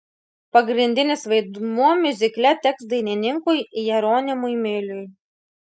pagrindinis vaidmuo miuzikle teks dainininkui jeronimui miliui